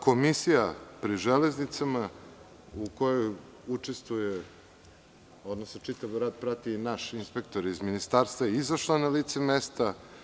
Komisija pri železnicama u kojoj učestvuje, odnosno čitav rad prati naš inspektor iz Ministarstva, izašla na lice mesta.